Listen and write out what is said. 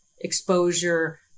exposure